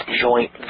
joint